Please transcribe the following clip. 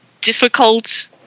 difficult